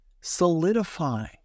solidify